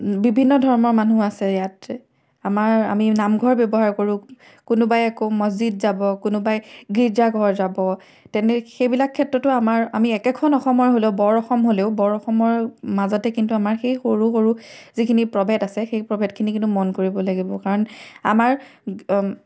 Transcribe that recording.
বিভিন্ন ধৰ্মৰ মানুহ আছে ইয়াত আমাৰ আমি নামঘৰ ব্যৱহাৰ কৰোঁ কোনোবাই আকৌ মছজিদ যাব কোনোবাই গীৰ্জাঘৰ যাব তেনে সেইবিলাক ক্ষেত্ৰতো আমাৰ আমি একেখন অসমৰ হ'লেও বৰ অসম হ'লেও বৰ অসমৰ মাজতে কিন্তু আমাৰ সেই সৰু সৰু যিখিনি প্ৰভেদ আছে সেই প্ৰভেদখিনি কিন্তু মন কৰিব লাগিব কাৰণ আমাৰ